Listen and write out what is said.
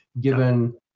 given